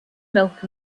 milk